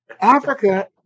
Africa